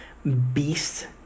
Beast